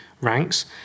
ranks